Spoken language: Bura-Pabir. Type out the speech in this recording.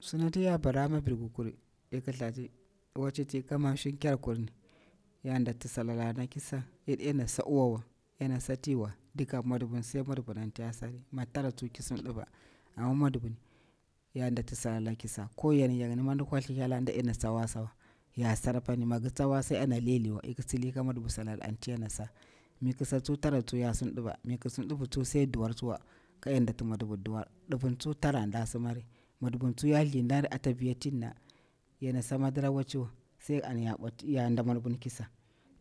su nati ya bara mi vir ki kuri, iki thlati, waci ti ka mamshir nker kur ni, ya ndati salaka ki sa, ya ɗena sa uwa wa, yana sa tea wa, daga mwadubun sai mwadubuni anti ya sari, mi tara tsu ki sim ɗiva, amma mwadubu ya ndati salala na ki sa ko yan yani ma mi ndik wathli thela nda dena tsa wasa wa, yasar pani migir tsa wasa ade na liyiwa ik tsili ka mwodubu salala anti yana sa, mi ki sa tsuwa tara tso ya sim diva, mi ki sim divi tsu sai diwar tsuwa kayan ndati mwadubur diwar, divin tsu tara anti nda simari mwodubun tsu yan nthindari ata viya tir na yana sa madara waciwa sai an ya bwati yang da mwadubun kisa